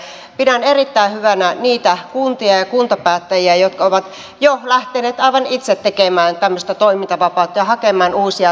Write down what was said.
pidän erittäin hyvänä niitä kuntia ja kuntapäättäjiä jotka ovat jo lähteneet aivan itse tekemään tämmöistä toimintavapautta ja hakemaan uusia toimintatapoja